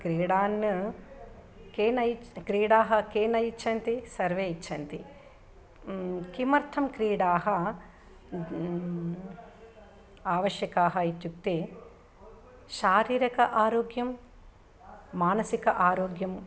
क्रीडाः के न इच् क्रीडाः के न इच्छन्ति सर्वे इच्छन्ति किमर्थं क्रीडाः आवश्यकाः इत्युक्ते शारीरक आरोग्यं मानसिक आरोग्यं